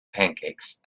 pancakes